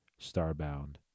Starbound